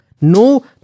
No